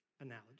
Analogy